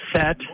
set